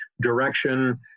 direction